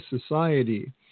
society